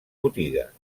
botigues